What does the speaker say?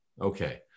Okay